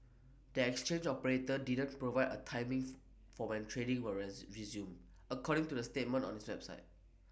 the exchange operator didn't provide A timing for when trading were as resume according to the statement on its website